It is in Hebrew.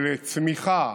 של צמיחה